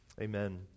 Amen